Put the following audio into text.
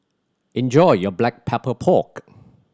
enjoy your Black Pepper Pork